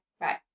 right